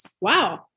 Wow